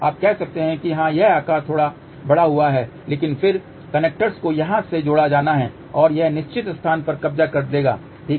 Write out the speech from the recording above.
आप कह सकते हैं कि हां यह आकार थोड़ा बढ़ा हुआ है लेकिन फिर कनेक्टर्स को यहां से जोड़ा जाना है और यह निश्चित स्थान पर कब्जा कर लेगा ठीक है